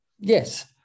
Yes